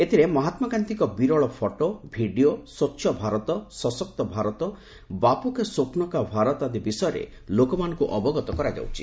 ଏଥିରେ ମହାତ୍ମା ଗାନ୍ଧୀଙ୍କ ବିରଳ ଫଟୋ ଭିଡ଼ିଓ ଓ ସ୍ୱଚ୍ଛ ଭାରତ ସଶକ୍ତ ଭାରତ ବାପୁ କେ ସ୍ୱପ୍ନୋ କା ଭାରତ ଆଦି ବିଷୟରେ ଲୋକମାନଙ୍କୁ ଅବଗତ କରାଯାଉଛି